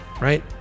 right